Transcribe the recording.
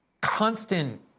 constant